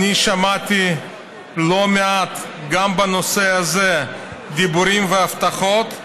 אני שמעתי לא מעט, גם בנושא הזה, דיבורים והבטחות,